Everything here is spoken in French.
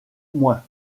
moins